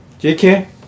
JK